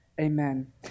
amen